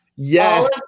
Yes